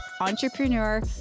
entrepreneur